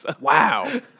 Wow